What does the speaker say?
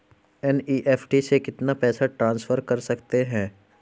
NEFT से कितना पैसा ट्रांसफर कर सकते हैं?